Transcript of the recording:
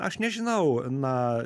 aš nežinau na